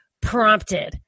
prompted